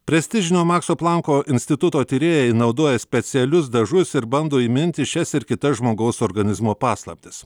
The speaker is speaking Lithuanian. prestižinio makso planko instituto tyrėjai naudoja specialius dažus ir bando įminti šias ir kitas žmogaus organizmo paslaptis